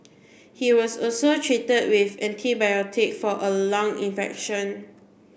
he was also treated with antibiotics for a lung infection